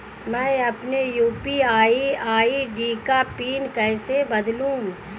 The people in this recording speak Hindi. मैं अपनी यू.पी.आई आई.डी का पिन कैसे बदलूं?